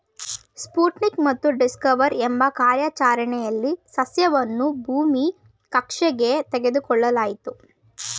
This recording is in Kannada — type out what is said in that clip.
ಸ್ಪುಟ್ನಿಕ್ ಮತ್ತು ಡಿಸ್ಕವರ್ ಎಂಬ ಕಾರ್ಯಾಚರಣೆಲಿ ಸಸ್ಯವನ್ನು ಭೂಮಿ ಕಕ್ಷೆಗೆ ತೆಗೆದುಕೊಳ್ಳಲಾಯ್ತು